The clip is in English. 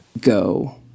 Go